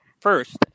First